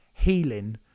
Healing